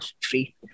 free